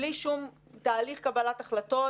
בלי שום תהליך קבלת החלטות.